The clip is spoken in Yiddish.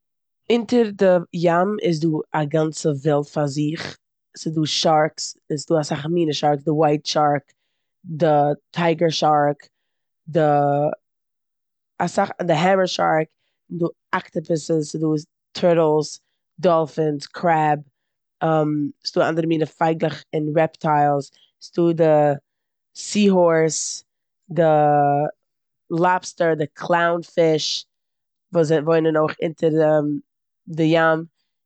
אונטער די ים איז דא א גאנצע וועלט פאר זיך. ס'דא שארקס, און ס'דא אסאך מינע שארקס, די ווייט שארק, די טיגער שארק, די- אסאך- די העממער שארק, ס'דא אקטאפוסעס, ס'דא טורטלס, דאלפינס, קרעב, ס'דא אנדערע מינע פייגלעך און רעפטיילס, ס'דא די סי הארס, די לאבסטער, די קלאון פיש וואס זיי וואוינען אויך אונטער די ים.